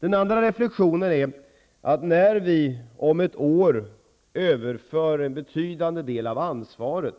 Den andra reflektionen är att när vi om ett år överför en betydande del av ansvaret